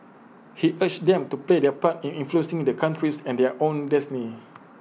he urged them to play their part in influencing the country's and their own destiny